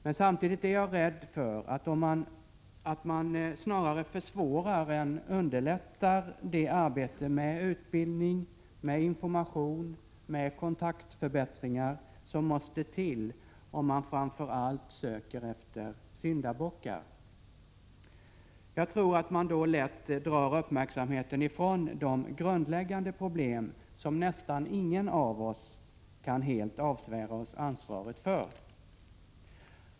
Men samtidigt är jag rädd för att man snarare försvårar än underlättar det arbete med utbildning, information och kontaktförbättring som måste till, om man framför allt söker efter syndabockar. Jag tror man då lätt drar uppmärksamheten ifrån de grundläggande problem som nästan ingen av oss helt kan avsvära sig ansvaret för.